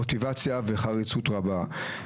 מוטיבציה וחריצות רבה.